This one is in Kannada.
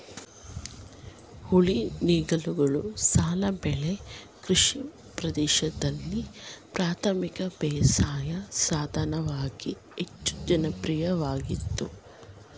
ಉಳಿ ನೇಗಿಲುಗಳು ಸಾಲು ಬೆಳೆ ಕೃಷಿ ಪ್ರದೇಶ್ದಲ್ಲಿ ಪ್ರಾಥಮಿಕ ಬೇಸಾಯ ಸಾಧನವಾಗಿ ಹೆಚ್ಚು ಜನಪ್ರಿಯವಾಗಯ್ತೆ